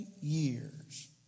years